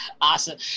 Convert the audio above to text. Awesome